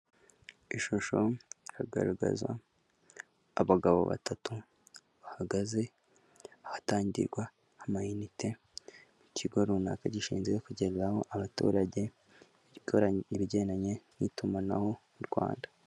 Ishusho iragaragaza abagabo batatu bahagaze, ahatangirwa amayinite, ku kigo runaka gishinzwe kugezaho abaturage ibigendanye n'itumanaho mu Rwanda.